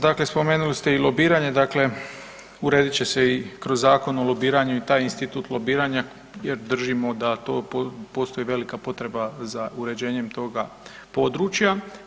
Dakle spomenuli ste i lobiranje, dakle uredit će se i kroz Zakon o lobiranju i taj institut lobiranja jer držimo da to postoji velika potreba za uređenjem toga područja.